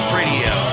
Radio